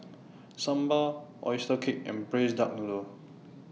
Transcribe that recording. Sambal Oyster Cake and Braised Duck Noodle